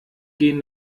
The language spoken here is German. gehen